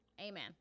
Amen